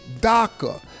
DACA